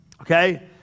Okay